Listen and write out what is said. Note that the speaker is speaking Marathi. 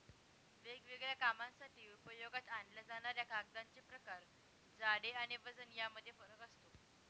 वेगवेगळ्या कामांसाठी उपयोगात आणल्या जाणाऱ्या कागदांचे प्रकार, जाडी आणि वजन यामध्ये फरक असतो